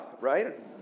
right